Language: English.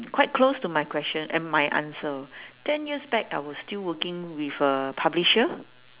quite close to my question and my answer ten years back I was still working with a publisher